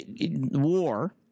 war